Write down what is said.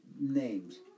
names